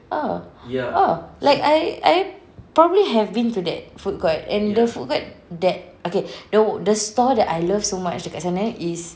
oh oh like I I probably have been to that food court and the food court that okay the the stall that I love so much dekat sana is